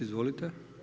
Izvolite.